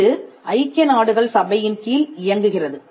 இது ஐக்கிய நாடுகள் சபையின் கீழ் இயங்குகிறது